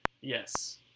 Yes